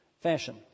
fashion